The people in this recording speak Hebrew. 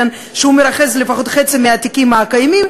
שמרכז לפחות חצי מהתיקים הקיימים.